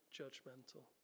judgmental